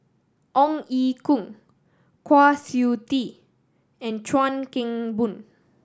Ong Ye Kung Kwa Siew Tee and Chuan Keng Boon